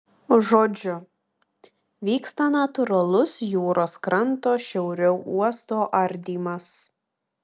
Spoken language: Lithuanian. žodžiu vyksta natūralus jūros kranto šiauriau uosto ardymas